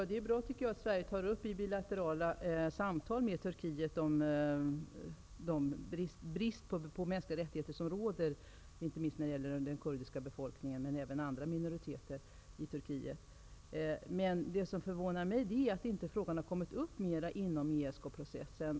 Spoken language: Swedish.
Herr talman! Det är bra att Sverige i bilaterala samtal med Turkiet tar upp den brist på mänskliga rättigheter som råder, inte minst när det gäller den kurdiska befolkningen men även andra minoriteter i Turkiet. Det som förvånar mig är att frågan inte mera kommit upp i ESK-processen.